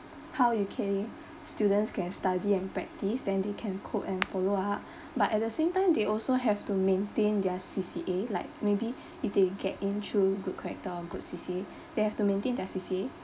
how U_K students can study and practice then they can cope and follow up but at the same time they also have to maintain their C_C_A like maybe if they get in trhough good character or good C_C_A they have to maintain their C_C_A